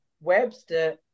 Webster